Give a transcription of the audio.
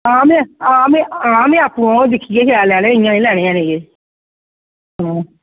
हां में हां में हां आपू होंग दिक्खियै शैल लैने इ'यां नीं लैने हैन केह्